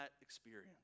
experience